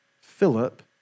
Philip